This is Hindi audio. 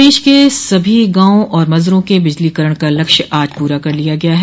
प्रदेश के सभी गांवों और मज़रों के बिजलीकरण का लक्ष्य आज पूरा कर लिया गया है